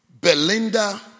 Belinda